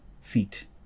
feet